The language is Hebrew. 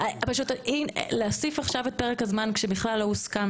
פשוט להוסיף עכשיו את פרק הזמן כשבכלל לא הוסכם